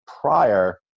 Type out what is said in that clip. prior